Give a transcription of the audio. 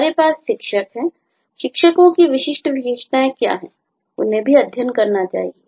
हमारे पास शिक्षक हैं शिक्षकों की विशिष्ट विशेषताएं क्या हैं उन्हें भी अध्ययन करना चाहिए